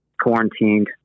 quarantined